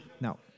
No